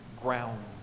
ground